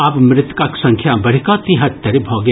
आब मृतकक संख्या बढ़ि कऽ तिहत्तरि भऽ गेल